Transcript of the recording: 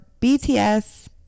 BTS